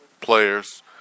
players